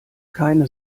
keine